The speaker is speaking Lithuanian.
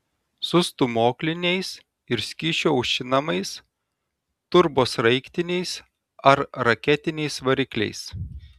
su stūmokliniais ir skysčiu aušinamais turbosraigtiniais ar raketiniais varikliais